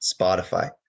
Spotify